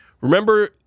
Remember